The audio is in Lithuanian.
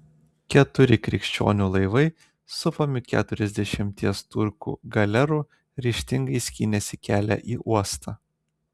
keturi krikščionių laivai supami keturiasdešimties turkų galerų ryžtingai skynėsi kelią į uostą